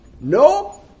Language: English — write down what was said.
No